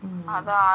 mm